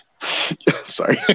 sorry